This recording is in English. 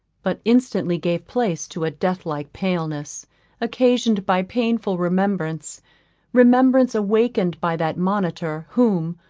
but instantly gave place to a death-like paleness occasioned by painful remembrance remembrance awakened by that monitor, whom,